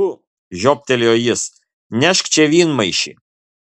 tu žioptelėjo jis nešk čia vynmaišį